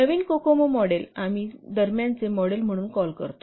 नवीन COCOMO model आम्ही intermediate model म्हणून call करतो